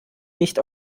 nicht